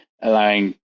allowing